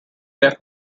left